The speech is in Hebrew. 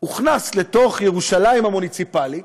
שהוכנס לתוך ירושלים המוניציפלית,